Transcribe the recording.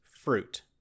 fruit